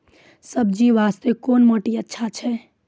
सब्जी बास्ते कोन माटी अचछा छै?